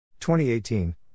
2018